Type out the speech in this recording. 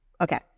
Okay